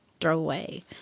throwaway